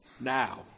now